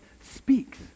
speaks